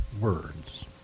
words